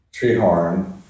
Treehorn